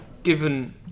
Given